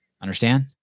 Understand